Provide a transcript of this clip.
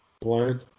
playing